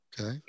Okay